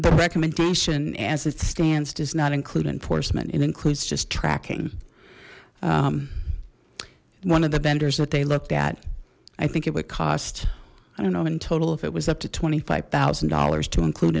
the recommendation as it stands does not include enforcement it includes just tracking one of the vendors that they looked at i think it would cost i don't know in total if it was up to twenty five thousand dollars to include